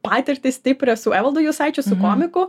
patirtis stiprias su evaldu jusaičiu su komiku